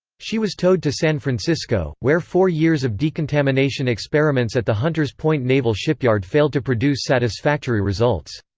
she was towed to san francisco, where four years of decontamination experiments at the hunters point naval shipyard failed to produce satisfactory results.